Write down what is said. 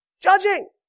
Judging